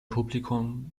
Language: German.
publikum